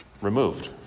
removed